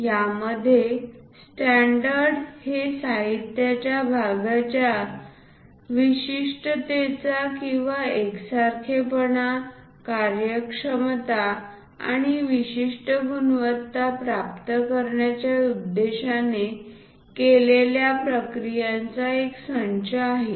यामध्ये स्टॅण्डर्ड हे साहित्याच्या भागांच्या विशिष्टतेचा किंवा एकसारखेपणा कार्यक्षमता आणि विशिष्ट गुणवत्ता प्राप्त करण्याच्या उद्देशाने केलेल्या प्रक्रियांचा एक संच आहे